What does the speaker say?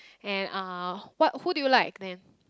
and uh what who do you like then